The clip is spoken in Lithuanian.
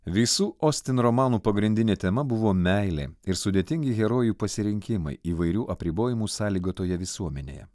visų ostin romanų pagrindinė tema buvo meilė ir sudėtingi herojų pasirinkimai įvairių apribojimų sąlygotoje visuomenėje